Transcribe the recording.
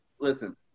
listen